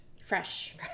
fresh